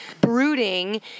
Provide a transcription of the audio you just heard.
brooding